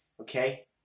Okay